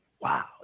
Wow